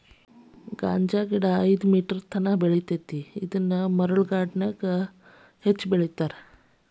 ಗಾಂಜಾಗಿಡಾ ಐದ ಮೇಟರ್ ಮಟಾ ಬೆಳಿತೆತಿ ಇದನ್ನ ಮರಳ ಪ್ರದೇಶಾದಗ ಹೆಚ್ಚ ಬೆಳಿತಾರ